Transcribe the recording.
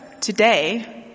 today